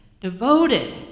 devoted